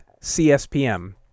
CSPM